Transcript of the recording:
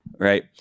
Right